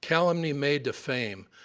calumny may defame,